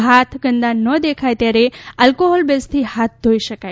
જો હાથ ગંદા ન દેખાય ત્યારે આલકોહોલ બેઝથી હાથ ધોઇ શકાય